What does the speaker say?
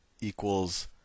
equals